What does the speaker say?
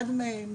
אחד מהם,